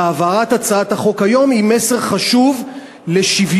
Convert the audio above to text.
והעברת הצעת החוק היום היא מסר חשוב לשוויון